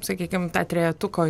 sakykim tą trejetuko